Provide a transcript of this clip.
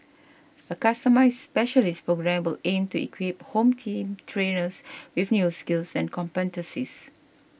a customised specialist programme will aim to equip Home Team trainers with new skills and competencies